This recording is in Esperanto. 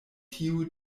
tiu